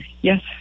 Yes